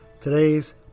Today's